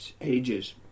ages